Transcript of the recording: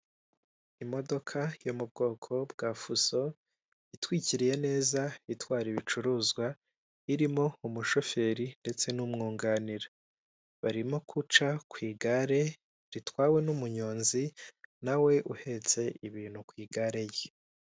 Imodoka yo mu bwoko bwa fuso, itwikiriye neza itwara ibicuruzwa irimo umushoferi ndetse n'umwunganira. Barimo guca ku igare ritwawe n'umuyonzi nawe uhetse ibintu ku igare rye.